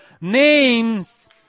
names